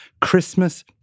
Christmas